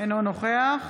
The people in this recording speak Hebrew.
אינו נוכח